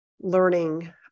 learning